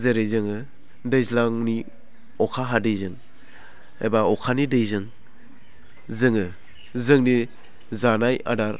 जेरै जोङो दैज्लांनि अखा हादैजों एबा अखानि दैजों जोङो जोंनि जानाय आदार